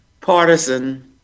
partisan